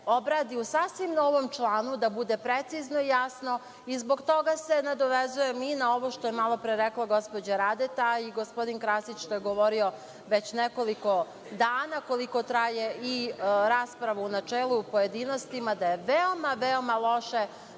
obradi u sasvim novom članu, da bude precizno i jasno i zbog toga se nadovezujem i na ovo što je malopre rekla gospođa Radeta, a i gospodin Krasić što je govorio već nekoliko dana, koliko traje i rasprava u načelu i pojedinostima, da je veoma, veoma loše